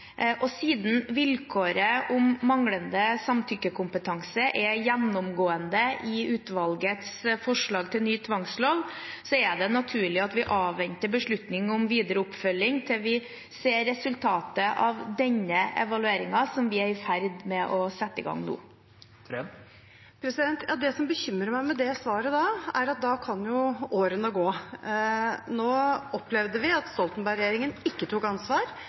Siden vilkåret om manglende samtykkekompetanse er gjennomgående i utvalgets forslag til ny tvangslov, er det naturlig at vi avventer beslutning om videre oppfølging til vi ser resultatet av den evalueringen som vi er i ferd med å sette i gang nå. Det som bekymrer meg med det svaret, er at da kan årene gå. Nå opplevde vi at Stoltenberg-regjeringen ikke tok ansvar